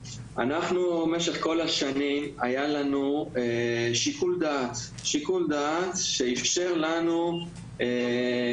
במשך כל השנים היה לנו שיקול דעת שאיפשר לנו לבחון